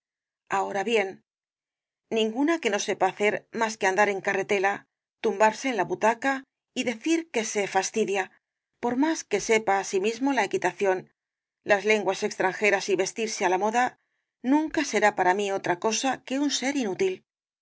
ahora bien ninguna que no sepa hacer más que andar en carretela tumbarse en la butaca y decir que se fastidia por más que sepa asiel caballero de las botas azules mismo la equitación las lenguas extranjeras y vestirse á la moda nunca será para mí otra cosa que un ser inútil